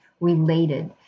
related